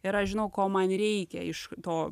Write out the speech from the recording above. ir aš žinau ko man reikia iš to